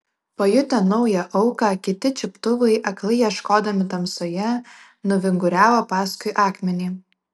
pajutę naują auką kiti čiuptuvai aklai ieškodami tamsoje nuvinguriavo paskui akmenį